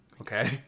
Okay